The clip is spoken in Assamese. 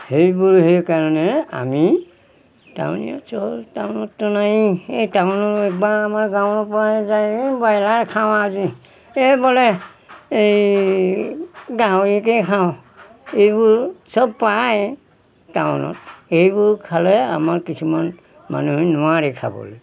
সেইবোৰ সেইকাৰণে আমি টাউন টাউনততো নাই এই টাউন একবাৰ আমাৰ গাঁৱৰ পৰা যায় ব্ৰইলাৰ খাওঁ আজি এইবোলে এই গাহৰিকে খাওঁ এইবোৰ চব পায় টাউনত এইবোৰ খালে আমাৰ কিছুমান মানুহে নোৱাৰে খাবলে